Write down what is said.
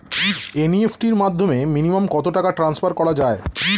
NEFT র মাধ্যমে minimum কত টাকা ট্রান্সফার করা যায়?